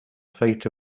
fate